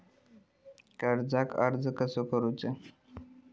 कर्जाक अर्ज कसो करूचो?